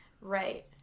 right